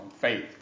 faith